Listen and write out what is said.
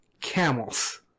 Camels